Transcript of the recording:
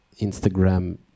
Instagram